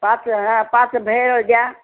पाच हा पाच भेळ द्या